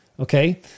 Okay